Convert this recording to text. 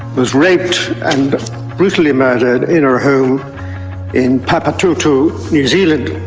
was raped and brutally murdered in her home in papatoetoe, new zealand.